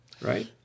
Right